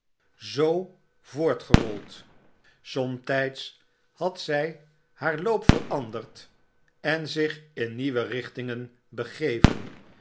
zoo voortgerold somtyds had zy haar loop veranderd en zich in nieuwe richtingen begeven